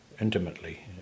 intimately